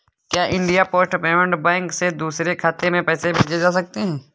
क्या India Post Payment Bank से दूसरे खाते में पैसे भेजे जा सकते हैं?